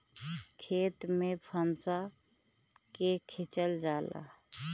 खेत में फंसा के खिंचल जाला